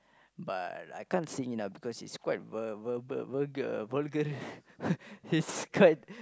but I can't sing ah because he's quite ve~ verba~ vulgar vulgar he's quite